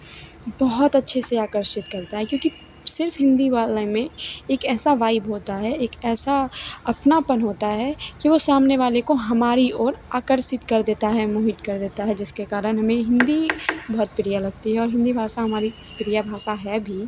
बहुत अच्छे से आकर्षित करता है क्योंकि सिर्फ हिन्दी वाले में एक ऐसा भाइब होता है एक ऐसा अपनापन होता है कि वह सामने वाले को हमारी ओर आकर्षित कर देता है मोहित कर देता है मोहित कर देता है जिसके कारण हमें हिन्दी बहुत प्रिय लगती है और हिन्दी भाषा हमारी प्रिय भाषा है भी